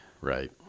right